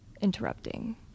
interrupting